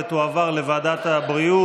ותועבר לוועדת הבריאות.